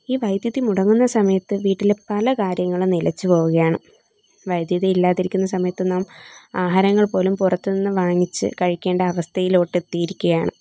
ഈ വൈദ്യതി മുടങ്ങുന്ന സമയത്ത് വീട്ടിൽ പല കാര്യങ്ങളും നിലച്ചു പോവുകയാണ് വൈദ്യുതി ഇല്ലാതിരിക്കുന്ന സമയത്ത് നാം ആഹാരങ്ങൾ പോലും പുറത്ത് നിന്ന് വാങ്ങിച്ച് കഴിക്കേണ്ട അവസ്ഥയിലോട്ട് എത്തിയിരിക്കുകയാണ്